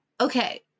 okay